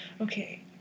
okay